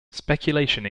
speculation